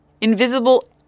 Invisible